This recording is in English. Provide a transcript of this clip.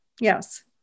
Yes